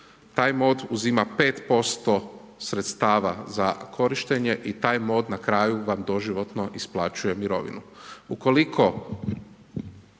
Taj MOD uzima 5% sredstava za korištenje i taj MOD na kraju vam doživotno isplaćuje mirovinu. Ukoliko